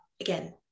again